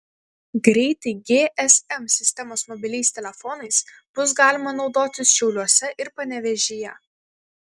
greitai gsm sistemos mobiliais telefonais bus galima naudotis šiauliuose ir panevėžyje